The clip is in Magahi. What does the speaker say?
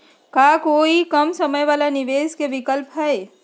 का कोई कम समय वाला निवेस के विकल्प हई?